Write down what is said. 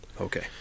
Okay